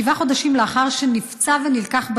שבעה חודשים לאחר שנפצע ונלקח בשבי,